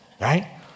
Right